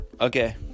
okay